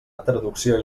traducció